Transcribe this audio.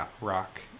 Rock